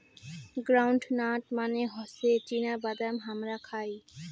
ground nut মানে হসে চীনা বাদাম হামরা খাই